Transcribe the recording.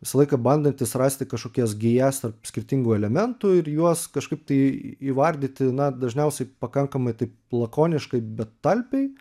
visą laiką bandantis rasti kažkokias gijas tarp skirtingų elementų ir juos kažkaip tai įvardyti na dažniausiai pakankamai taip lakoniškai bet talpiai